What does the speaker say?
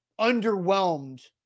underwhelmed